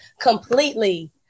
completely